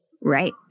Right